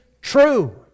true